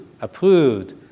approved